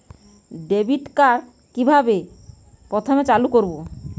Debit card কিভাবে প্রথমে চালু করব?